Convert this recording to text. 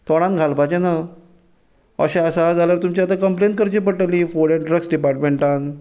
तोंडांत घालपाचें ना अशें आसा जाल्यार तुमचें आतां कम्पलेन करची पडटली फूड एन्ड ड्रग्स डिपार्टमेन्टान